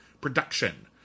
production